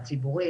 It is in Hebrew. הציבורי.